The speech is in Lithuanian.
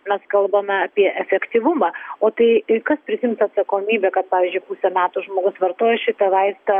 mes kalbame apie efektyvumą o tai kas prisiims atsakomybę kad pavyzdžiui pusę metų žmogus vartojo šitą vaistą